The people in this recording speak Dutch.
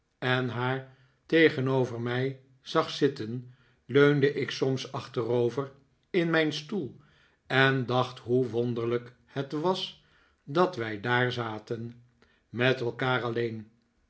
en haar tegenover mij zag zitten leunde ik soms achterover in mijn stoel en dacht hoe wonderlijk het was dat wij daar zaten met elkaar alleen